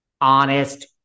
honest